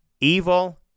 evil